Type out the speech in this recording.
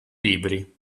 libri